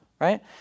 right